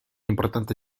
importante